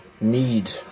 need